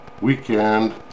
weekend